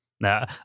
Now